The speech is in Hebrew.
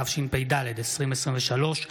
התשפ"ד 2023,